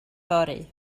fory